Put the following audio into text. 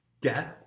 death